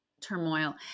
turmoil